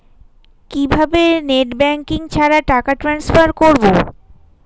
কিভাবে net banking ছাড়া টাকা টান্সফার করব?